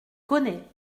connais